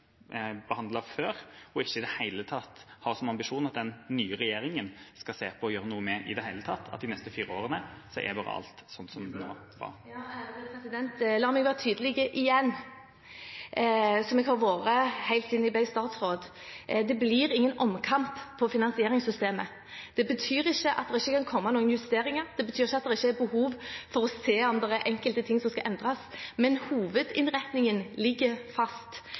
før, og ikke i det hele tatt har som ambisjon at den nye regjeringa skal se på og gjøre noe med – at i de neste fire årene vil alt bare være slik som det er? La meg igjen være tydelig, som jeg har vært helt siden jeg ble statsråd: Det blir ingen omkamp om finansieringssystemet. Det betyr ikke at det ikke kan komme noen justeringer, det betyr ikke at det ikke er behov for å se om det er enkelte ting som skal endres, men hovedinnretningen ligger fast.